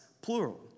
plural